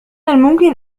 الممكن